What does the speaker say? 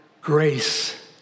grace